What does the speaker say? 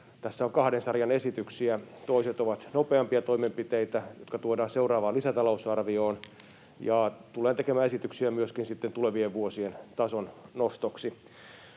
tässä on kahden sarjan esityksiä: toiset ovat nopeampia toimenpiteitä, jotka tuodaan seuraavaan lisätalousarvioon, ja tulen tekemään esityksiä myöskin sitten tulevien vuosien tason nostoksi.